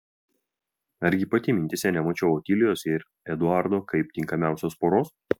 argi pati mintyse nemačiau otilijos ir eduardo kaip tinkamiausios poros